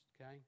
okay